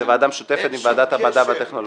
זו ועדה משותפת עם ועדת המדע והטכנולוגיה.